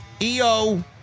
EO